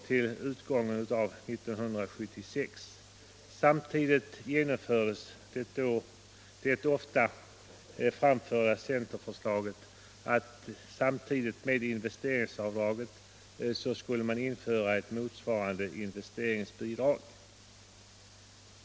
0. m. utgången av 1976. Samtidigt genomfördes det ofta framförda centerförslaget att investeringsavdraget skulle kompletteras med ett motsvarande investeringsbidrag.